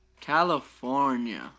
California